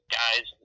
guys